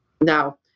Now